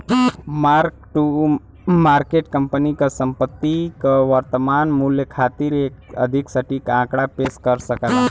mark to market company क संपत्ति क वर्तमान मूल्य खातिर एक अधिक सटीक आंकड़ा पेश कर सकला